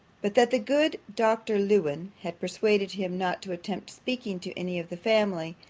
but that the good dr. lewen had persuaded him not to attempt speaking to any of the family,